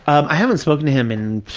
i haven't spoken to him in